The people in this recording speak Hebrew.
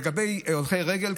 לגבי הולכי רגל,